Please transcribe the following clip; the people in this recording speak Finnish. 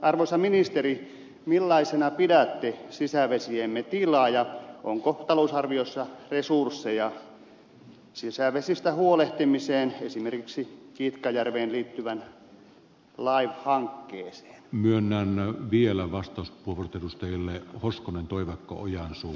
arvoisa ministeri millaisena pidätte sisävesiemme tilaa ja onko talousarviossa resursseja sisävesistä huolehtimiseen esimerkiksi kitkajärveen liittyvään life hankkeeseen myönnämme vielä vastus puvut edustajiemme hoskonen toivoo kujansuu